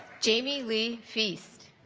jamie lee feast